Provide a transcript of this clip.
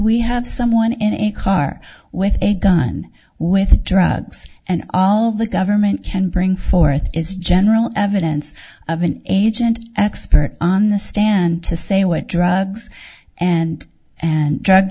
we have someone in a car with a gun with drugs and all the government can bring forth is general evidence of an agent expert on the stand to say what drugs and and drug